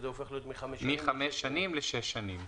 מחמש שנים לשש שנים.